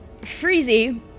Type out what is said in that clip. Freezy